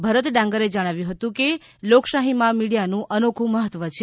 ભરત ડાંગરે જણાવ્યું હતું કે લોકશાહીમાં મીડીયાનું અનોખું મહત્વ છે